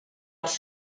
els